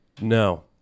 No